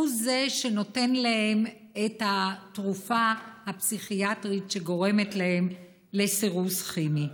הוא שנותן להם את התרופה הפסיכיאטרית שגורמת להם לסירוס כימי.